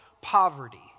poverty